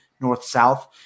north-south